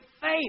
faith